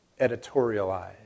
editorialized